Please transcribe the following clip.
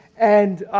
and